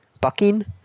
Bucking